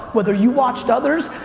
whether you watched others,